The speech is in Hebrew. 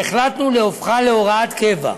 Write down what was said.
והחלטנו להופכה להוראת קבע.